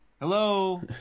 Hello